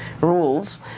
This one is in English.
rules